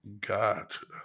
Gotcha